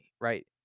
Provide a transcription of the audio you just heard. Right